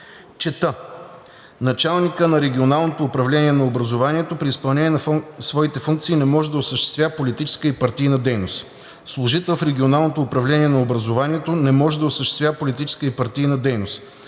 Чета: „Началникът на регионалното управление на образованието при изпълнение на своите функции не може да осъществява политическа и партийна дейност. Служител в регионалното управление на образованието не може да осъществява политическа и партийна дейност.